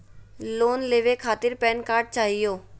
Loan लेवे खातीर PAN card चाहियो?